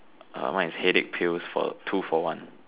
uh mine is headache pills for two for one